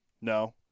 No